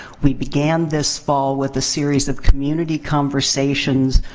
we began this fall with a series of community conversations